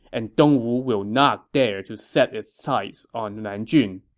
and dongwu will not dare to set its sights on nanjun.